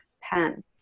pen